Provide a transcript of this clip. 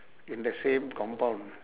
in the same compound